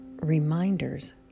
reminders